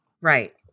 Right